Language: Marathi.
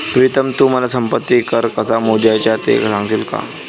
प्रीतम तू मला संपत्ती कर कसा मोजायचा ते सांगशील का?